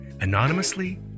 anonymously